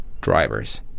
drivers